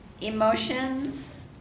emotions